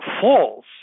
false